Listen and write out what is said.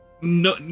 no